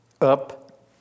up